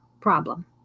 problem